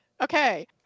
Okay